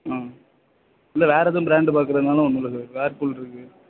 ம் இல்லை வேறே எதுவும் ப்ராண்டு பார்க்குறதுனாலும் ஒன்றும் பிரச்சனை இல்லை வேர்ஃபூல் இருக்குது